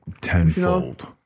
tenfold